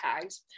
tags